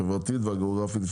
החברתית והגאוגרפית,